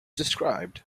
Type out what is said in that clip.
described